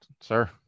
sir